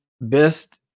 best